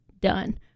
done